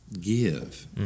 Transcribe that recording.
give